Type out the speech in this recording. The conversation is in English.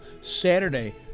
Saturday